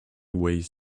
ways